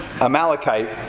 Amalekite